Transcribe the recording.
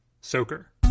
Soaker